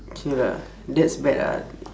okay lah that's bad ah